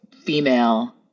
female